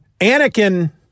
Anakin